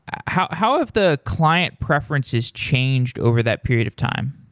how how have the client preferences changed over that period of time?